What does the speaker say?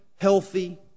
healthy